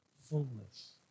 fullness